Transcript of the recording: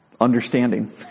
understanding